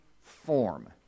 form